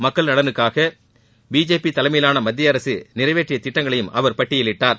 மக்கள் நலனுக்காக பிஜேபி தலைமையிவான மத்தியஅரசு நிறைவேற்றிய திட்டங்களையும் அவர் பட்டியலிட்டார்